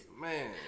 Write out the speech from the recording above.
Man